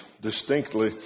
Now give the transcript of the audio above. distinctly